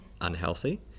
unhealthy